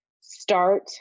start